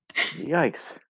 yikes